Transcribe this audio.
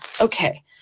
Okay